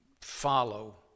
follow